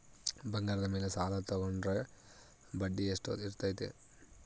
ಬಂಗಾರದ ಮೇಲೆ ಸಾಲ ತೋಗೊಂಡ್ರೆ ಬಡ್ಡಿ ಎಷ್ಟು ಇರ್ತೈತೆ?